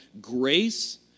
grace